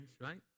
right